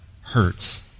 hurts